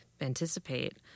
anticipate